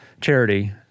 charity